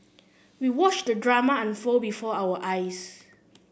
we watched the drama unfold before our eyes